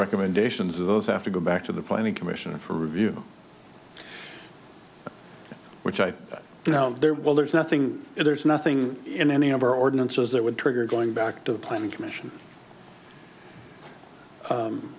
recommendations those have to go back to the planning commission for review which i think you know there well there's nothing there's nothing in any of our ordinances that would trigger going back to the planning commission